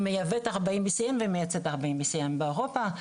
היא מייבאת ארבעים BCM ומייצאת ארבעים BCM. באירופה,